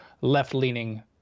left-leaning